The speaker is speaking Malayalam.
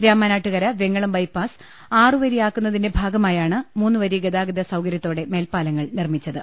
രാമനാട്ടുകര വെങ്ങളം ബൈപാസ് ആറുവരിയാക്കു ന്നതിന്റെ ഭാഗമായാണ് മൂന്നുവരി ഗതാഗത സൌകര്യ ത്തോടെ മേൽപ്പാലങ്ങൾ നിർമ്മിച്ചത്